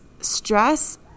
stress